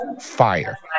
fire